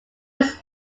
its